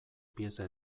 pieza